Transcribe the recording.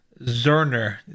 Zerner